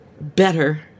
better